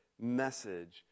message